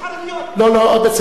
לא לא, בסדר, בסדר.